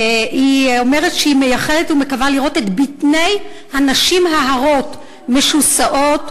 היא אומרת שהיא מייחלת ומקווה לראות את בטני הנשים ההרות משוסעות.